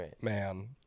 man